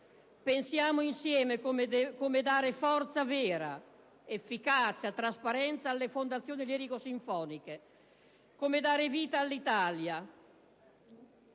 Pensiamo insieme come dare forza vera, efficacia, trasparenza alle fondazioni lirico-sinfoniche, come dare vita all'Italia,